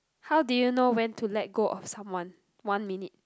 how do you know when to let go of someone one minute